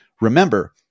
Remember